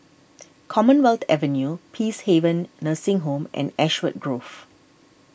Commonwealth Avenue Peacehaven Nursing Home and Ashwood Grove